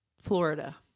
Florida